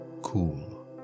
cool